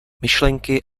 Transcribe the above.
myšlenky